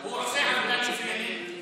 הוא עושה עבודה מצוינת.